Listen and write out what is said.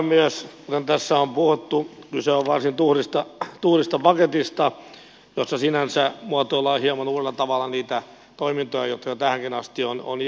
kuten tässä on puhuttu kyse on varsin tuhdista paketista jossa sinänsä muotoillaan hieman uudella tavalla niitä toimintoja jotka tähänkin asti on huoli